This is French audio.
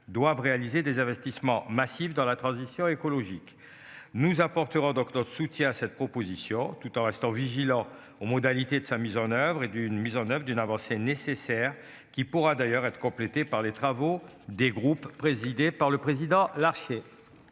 doivent réaliser des investissements massifs dans la transition écologique. Nous apporterons donc notre soutien à cette proposition, tout en restant vigilant aux modalités de sa mise en oeuvre et d'une mise en oeuvre d'une avancée nécessaire qui pourra d'ailleurs être complétée par les travaux des groupes, présidés par le président Larquier.